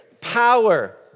power